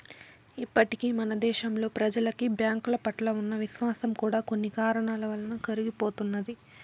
ఇప్పటికే మన దేశంలో ప్రెజలకి బ్యాంకుల పట్ల ఉన్న విశ్వాసం కూడా కొన్ని కారణాల వలన తరిగిపోతున్నది